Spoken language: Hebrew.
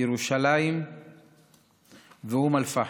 ירושלים ואום אל-פחם.